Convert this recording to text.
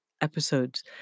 episodes